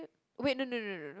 wait no no no no no